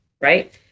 right